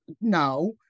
no